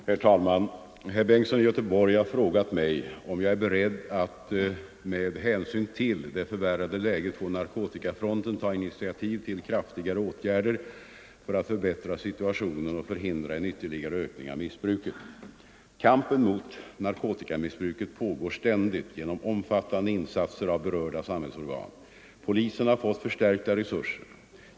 Herr talman! Herr Bengtsson i Göteborg har frågat mig om jag är beredd att med hänsyn till det förvärrade läget på narkotikafronten ta initiativ till kraftigare åtgärder för att förbättra situationen och förhindra en ytterligare ökning av missbruket. Kampen mot narkotikamissbruket pågår ständigt genom omfattande insatser av berörda samhällsorgan. Polisen har fått förstärkta resurser.